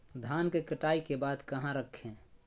धान के कटाई के बाद कहा रखें?